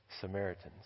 Samaritans